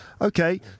okay